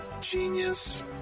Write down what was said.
Genius